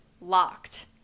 locked